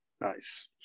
nice